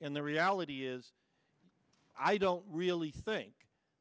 and the reality is i don't really think